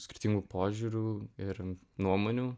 skirtingų požiūrių ir nuomonių